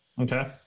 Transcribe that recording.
Okay